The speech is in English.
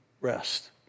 rest